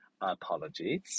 apologies